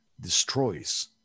destroys